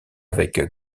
avec